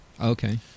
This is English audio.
Okay